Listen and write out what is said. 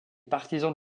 partisans